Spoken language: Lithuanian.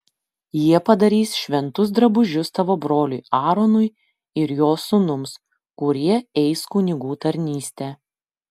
jie padarys šventus drabužius tavo broliui aaronui ir jo sūnums kurie eis kunigų tarnystę